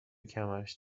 کمرش